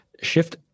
shift